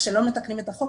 כשלא מתקנים את החוק,